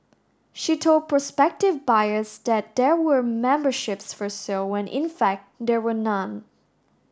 she told prospective buyers that there were memberships for sale when in fact there were none